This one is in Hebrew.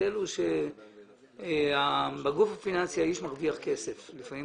ההבדל הוא שבגוף הפיננסי האיש מרוויח כסף ולפעמים